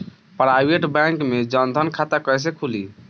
Private bank मे जन धन खाता कैसे खुली?